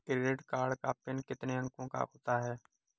Credit card का PIN कितने अंकों का होता है?